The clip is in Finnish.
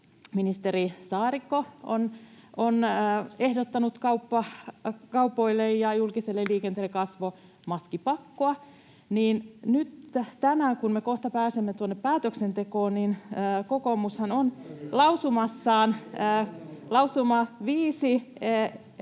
ministeri Saarikko on ehdottanut kaupoille ja julkiselle liikenteelle kasvomaskipakkoa. Nyt tänään, kun me kohta pääsemme päätöksentekoon, [Paavo Arhinmäki: Ennemmin